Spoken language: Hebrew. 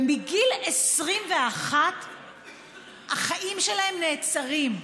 ובגיל 21 החיים שלהם נעצרים.